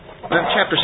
chapter